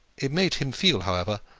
it made him feel, however,